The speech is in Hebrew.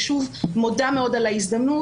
ושוב אני מודה מאוד על ההזדמנות.